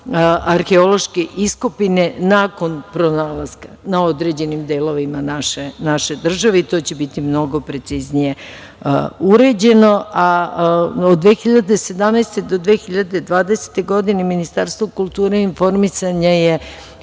arheološke iskopine nakon pronalaska na određenim delovima naše države i to će biti mnogo preciznije uređeno. Od 2017. godine do 2020. godine Ministarstvo kulture i informisanja je